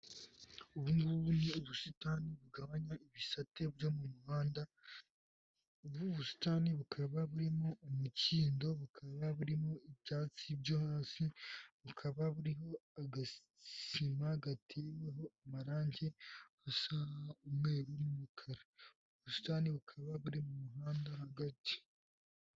Ubu ngubu ni ubusitani bugabanya ibisate byo mu muhanda ubu busitani bukaba burimo umukindo, bukaba burimo ibyatsi byo hasi, bukaba buriho agasima gateweho amarange asa umweru n'umukara, ubu busitani bukaba buri mu muhanda hagati.